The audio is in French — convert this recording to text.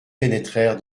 pénétrèrent